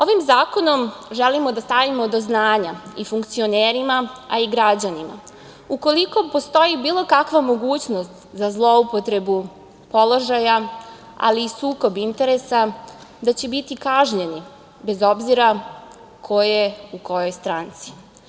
Ovim zakonom želimo da stavimo do znanja i funkcionerima, a i građanima – ukoliko postoji bilo kakva mogućnost za zloupotrebu položaja, ali i sukob interesa, da će biti kažnjeni, bez obzira ko je u kojoj stranci.